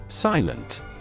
Silent